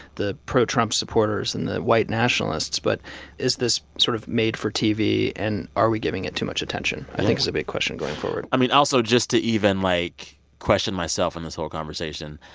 the pro-trump supporters and the white nationalists. but is this sort of made for tv, and are we giving it too much attention? i think is a big question going forward i mean, also just to even, like, question myself in this whole conversation,